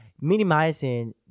minimizing